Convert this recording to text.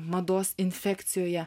mados infekcijoje